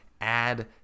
add